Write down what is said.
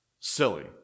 silly